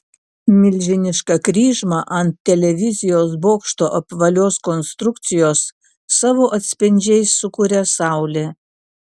milžinišką kryžmą ant televizijos bokšto apvalios konstrukcijos savo atspindžiais sukuria saulė